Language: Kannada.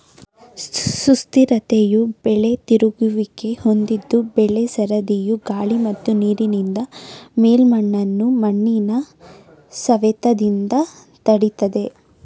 ಸುಸ್ಥಿರತೆಯು ಬೆಳೆ ತಿರುಗುವಿಕೆ ಹೊಂದಿದ್ದು ಬೆಳೆ ಸರದಿಯು ಗಾಳಿ ಮತ್ತು ನೀರಿನಿಂದ ಮೇಲ್ಮಣ್ಣನ್ನು ಮಣ್ಣಿನ ಸವೆತದಿಂದ ತಡಿತದೆ